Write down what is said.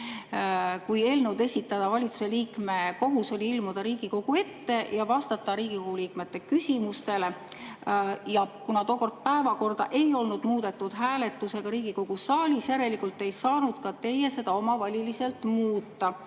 kui eelnõu esitanud valitsuse liikme kohus oli ilmuda Riigikogu ette ja vastata Riigikogu liikmete küsimustele, ja kuna tookord päevakorda ei olnud muudetud hääletusega Riigikogu saalis, siis järelikult ei saanud ka teie seda omavoliliselt muuta.